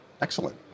Excellent